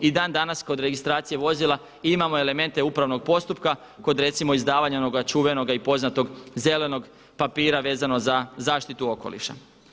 I dan danas kod registracije vozila imamo element upravnog postupka kod recimo izdavanja onoga čuvenog i poznatog zelenog papira vezano za zaštitu okoliša.